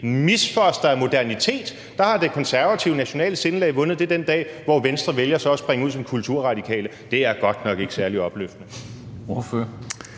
misfoster af modernitet, har det konservative nationale sindelag vundet, og på den dag vælger Venstre så at springe ud som kulturradikale. Det er godt nok ikke særlig opløftende.